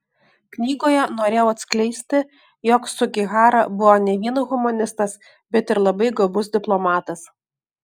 knygoje norėjau atskleisti jog sugihara buvo ne vien humanistas bet ir labai gabus diplomatas